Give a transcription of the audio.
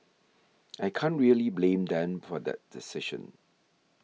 I can't really blame them for that decision